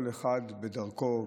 כל אחד בדרכו,